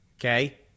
okay